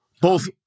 Both-